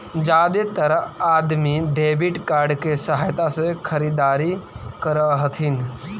जादेतर अदमी debit card के सहायता से खरीदारी कर हथिन